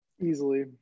Easily